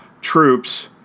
troops